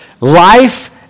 life